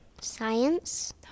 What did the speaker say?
Science